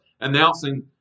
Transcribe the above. announcing